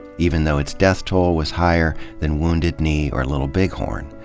even though its death toll was higher than wounded knee or little big horn.